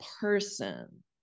person